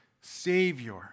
Savior